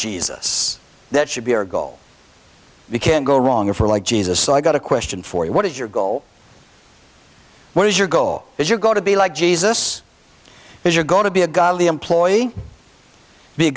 jesus that should be our goal you can't go wrong for like jesus so i got a question for you what is your goal what is your goal as you go to be like jesus if you're going to be a godly employee be